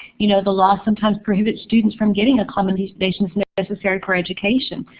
you know the law sometimes prohibits students from getting accommodations necessary for education.